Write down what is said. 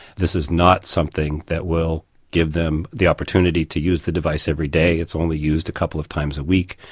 this is not something that will give them the opportunity to use the device every day, it's only used a couple of times a week.